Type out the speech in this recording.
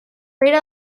pere